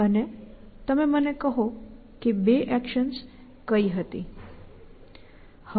અને તમે મને કહો કે 2 એક્શન્સ કઈ હતી